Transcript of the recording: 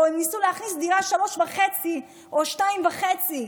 ניסו להכניס דירה שלוש וחצי או שתיים וחצי,